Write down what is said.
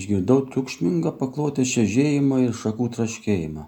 išgirdau triukšmingą paklotės čežėjimą ir šakų traškėjimą